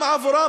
גם עבורם